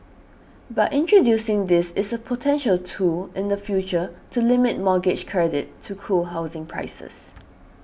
but introducing this is a potential tool in the future to limit mortgage credit to cool housing prices